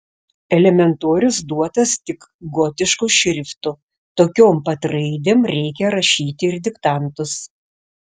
elementorius duotas tik gotišku šriftu tokiom pat raidėm reikia rašyti ir diktantus